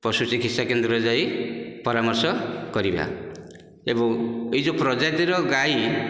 ପଶୁ ଚିକିତ୍ସା କେନ୍ଦ୍ରରେ ଯାଇ ପରାମର୍ଶ କରିବା ଏବଂ ଏ ଯେଉଁ ପ୍ରଜାତିର ଗାଈ